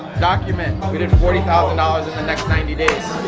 document. we did forty thousand dollars in the next ninety days.